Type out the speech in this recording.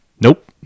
nope